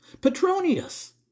Petronius